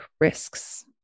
risks